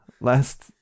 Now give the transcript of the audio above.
last